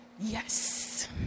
Yes